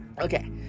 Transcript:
okay